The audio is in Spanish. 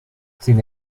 sin